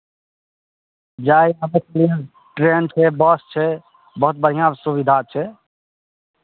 जायके यहाँसँ ट्रेन छै बस छै बहुत बढ़िआँ सुविधा छै